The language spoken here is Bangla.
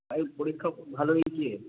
ভাই পরীক্ষা খুব ভালো হয়েছে